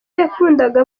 yakundaga